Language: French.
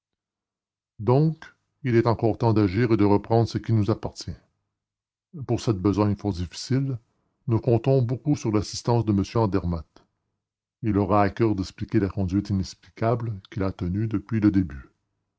donc il est encore temps d'agir et de reprendre ce qui nous appartient pour cette besogne fort difficile nous comptons beaucoup sur l'assistance de m andermatt il aura à coeur d'expliquer la conduite inexplicable qu'il a tenue depuis le début